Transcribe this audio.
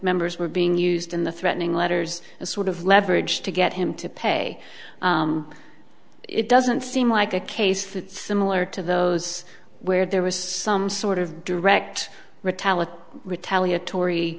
members were being used in the threatening letters a sort of leverage to get him to pay it doesn't seem like a case that's similar to those where there was some sort of direct retallack retaliatory